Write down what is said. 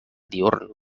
diürn